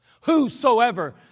Whosoever